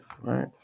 right